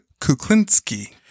Kuklinski